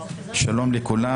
שלום לכולם.